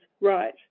right